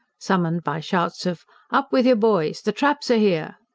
summoned by shouts of up with you, boys the traps are here!